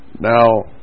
Now